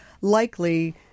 likely